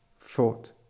thought